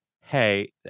Hey